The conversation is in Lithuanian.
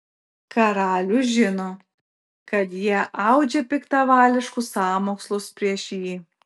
karalius žino kad jie audžia piktavališkus sąmokslus prieš jį